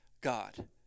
God